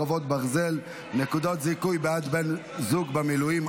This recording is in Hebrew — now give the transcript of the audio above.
חרבות ברזל) (נקודות זיכוי בעד בן זוג במילואים),